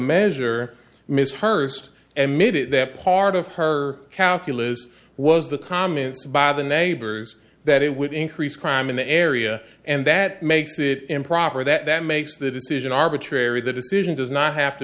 measure miss her first and made it that part of her calculus was the comments by the neighbors that it would increase crime in the area and that makes it improper that makes the decision arbitrary the decision does not have to